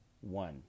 one